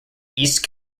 east